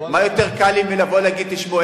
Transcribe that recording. מה יותר קל לי מלבוא ולהגיד: תשמעו,